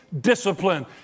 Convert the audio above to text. discipline